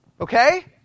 Okay